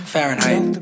Fahrenheit